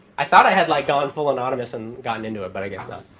i thought i had like gone full anonymous and gotten into it. but i guess not.